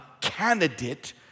candidate